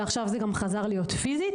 ועכשיו זה חזר להיות פיזית.